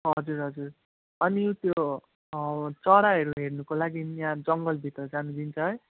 हजुर हजुर अनि ऊ त्यो चराहरू हेर्नुको लागि यहाँ जङ्गलभित्र जानु दिन्छ है